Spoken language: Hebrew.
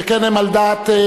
שכן הם על דעת,